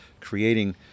creating